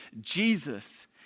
Jesus